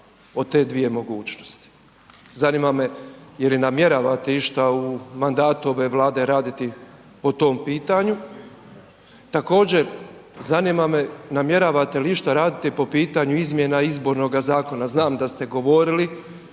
o te dvije mogućnosti. Zanima me je li namjeravate išta u mandatu ove Vlade raditi po tom pitanju. Također, zanima me namjeravate li išta raditi po pitanju izmjena Izbornoga zakona, znam da ste govorili